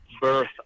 birth